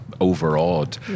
overawed